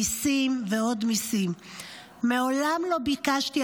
מיסים ועוד מיסים / מעולם לא ביקשתי